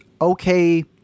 okay